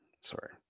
Sorry